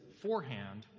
forehand